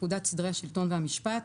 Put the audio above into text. לפקודת סדרי השלטון והמשפט,